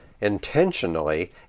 intentionally